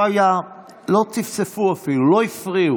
לא,